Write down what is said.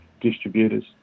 distributors